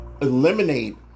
eliminate